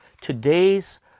Today's